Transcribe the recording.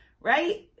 right